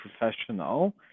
professional